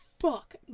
fuck